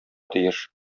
тиеш